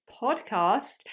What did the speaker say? podcast